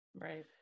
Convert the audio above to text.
Right